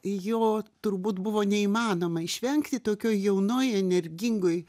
jo turbūt buvo neįmanoma išvengti tokioj jaunoj energingoj